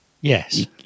Yes